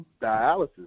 dialysis